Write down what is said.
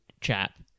chap